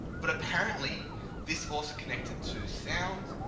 but apparently this also connected to sound,